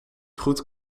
goed